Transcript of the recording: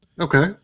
okay